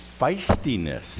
feistiness